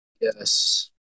Yes